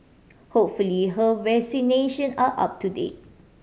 hopefully her vaccination are up to date